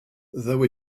though